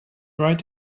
right